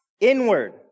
inward